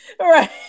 right